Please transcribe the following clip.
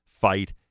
fight